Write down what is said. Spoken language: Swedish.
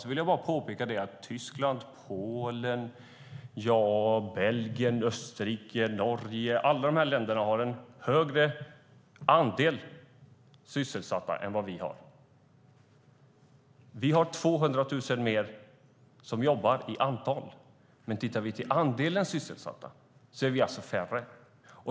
Jag vill bara påpeka att Tyskland, Polen, Belgien, Österrike och Norge har en högre andel sysselsatta än vad vi har. Vi har 200 000 mer i antal som jobbar, men tittar vi på andelen sysselsatta är vi färre.